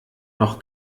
noch